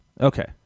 Okay